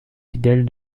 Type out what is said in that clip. fidèles